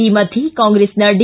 ಈ ಮಧ್ಯೆ ಕಾಂಗ್ರೆಸ್ನ ಡಿ